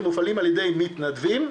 שמופעלים על ידי מתנדבים,